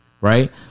right